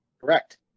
Correct